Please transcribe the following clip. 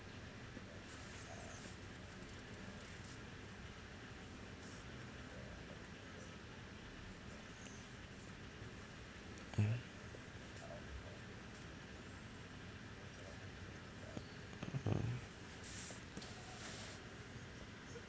mm